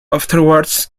afterwards